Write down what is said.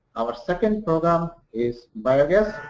our second program is biogas.